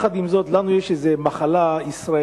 עם זאת, לנו יש איזה מחלה ישראלית: